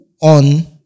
on